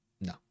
No